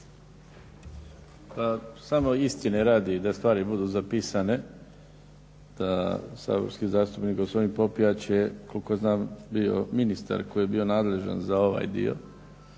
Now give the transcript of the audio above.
Samo istine radi, da stvari budu zapisane. Saborski zastupnik gospodin Popijač je koliko znam bio ministar koji je bio nadležan za ovaj dio